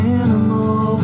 animal